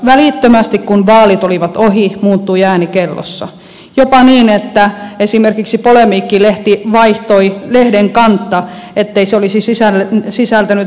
välittömästi kun vaalit olivat ohi muuttui ääni kellossa jopa niin että esimerkiksi polemiikki lehti vaihtoi lehden kantta ettei se olisi sisältänyt muunneltua tietoa